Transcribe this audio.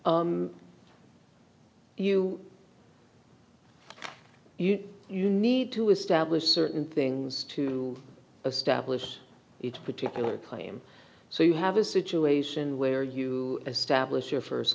you you you need to establish certain things to establish each particular claim so you have a situation where you establish your first